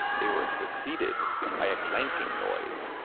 they were succeeded by a clanking noise,